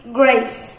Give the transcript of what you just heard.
grace